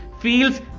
feels